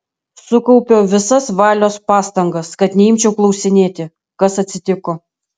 sukaupiau visas valios pastangas kad neimčiau klausinėti kas atsitiko